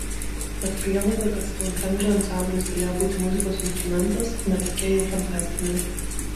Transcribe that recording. tad prielaida kad stounhendžo ansamblis galėjo būti muzikos instrumentas ne tokia jau fantastinė